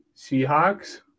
seahawks